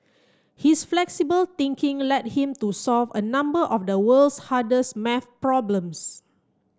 his flexible thinking led him to solve a number of the world's hardest maths problems